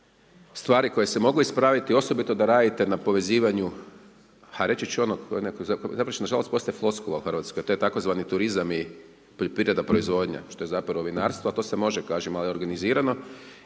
stvari koje su se mogle ispraviti, osobito da radite na povezivanju, a reći ću ono, to nažalost postaje floskula u Hrvatskoj, to je tzv. turizam i poljoprivreda, proizvodnja, što je zapravo vinarstvo, ali to se može, kažem, organizirano